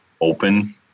open